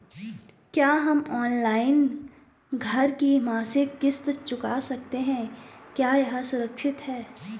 क्या हम ऑनलाइन घर की मासिक किश्त चुका सकते हैं क्या यह सुरक्षित है?